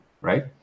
right